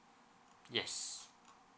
yes